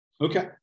Okay